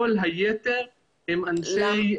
כל היתר הם אזרחים, אנשי פרקליטות המדינה.